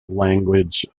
language